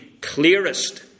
clearest